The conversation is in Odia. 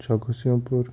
ଜଗସିଂହପୁର